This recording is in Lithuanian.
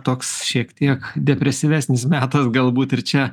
toks šiek tiek depresyvesnis metas galbūt ir čia